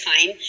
time